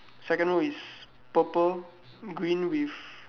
second row is purple green with